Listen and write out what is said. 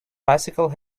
bicycle